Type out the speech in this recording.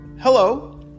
hello